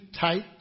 tight